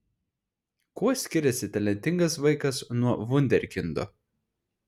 kuo skiriasi talentingas vaikas nuo vunderkindo